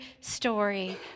story